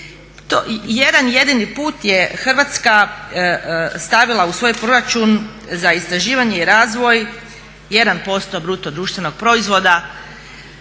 jedan jedini put je Hrvatska stavila u svoj proračun za istraživanje i razvoj 1% BDP-a, dakle tada